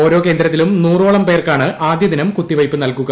ഓരോ കേന്ദ്രത്തിലും നൂറോളം പേർക്കാണ് ആദ്യദിനം കുത്തിവയ്പ്പ് നല്കുക